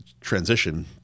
transition